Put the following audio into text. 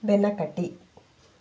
వెనకటి